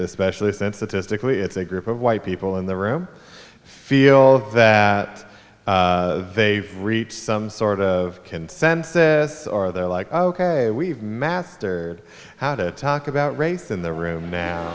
especially sensitive stickley it's a group of white people in the room feel that they've reached some sort of consensus or they're like ok we've mastered how to talk about race in the room